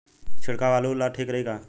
छिड़काव आलू ला ठीक रही का?